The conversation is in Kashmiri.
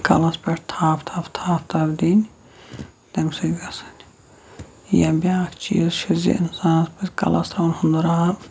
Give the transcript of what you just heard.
کَلَس پٮ۪ٹھ تھَپھ تھَپھ تھَپھ تھَپھ دِنۍ تمہِ سۭتۍ گژھان یا بیٛاکھ چیٖز چھِ زِ اِنسانَس پَزِ کلَس ترٛاوُن ہُندر آب